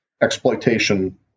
exploitation